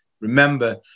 Remember